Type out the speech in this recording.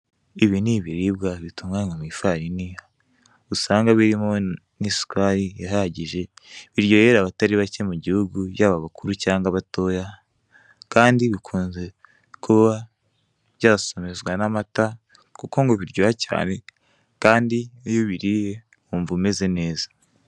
Ibi ni ibiribwa bitunganwa mu ifarini, usanga birimo n'isukari ihagije, biryohera abatari bake mu gihugu, yaba abakuru cyangwa abatoya kandi bukunze kuba byasomezwa n'amata kuko ngo biryoha cyane kandi iyo ubiriye wumva umeze neza.